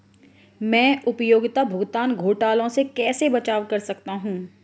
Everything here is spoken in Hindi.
मैं उपयोगिता भुगतान घोटालों से कैसे बचाव कर सकता हूँ?